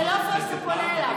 זה לא פייר שאתה פונה אליו.